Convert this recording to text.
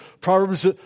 Proverbs